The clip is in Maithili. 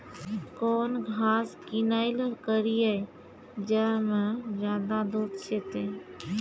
कौन घास किनैल करिए ज मे ज्यादा दूध सेते?